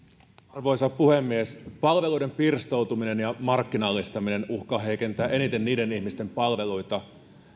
arvoisa puhemies palveluiden pirstoutuminen ja markkinallistaminen uhkaavat heikentää eniten niiden ihmisten palveluita